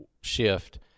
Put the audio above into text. shift